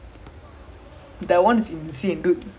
oh ஆமா ஆமா:aamaa aamaa that [one] is when ah err earlier than that ah